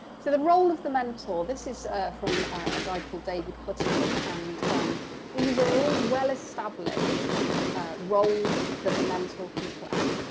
so the role of the mentor, this is from a guy called david clutterbook, and these are all well-established roles that the mentor can play.